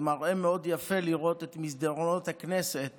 זה מראה מאוד יפה לראות את מסדרונות הכנסת